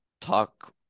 talk